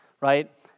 right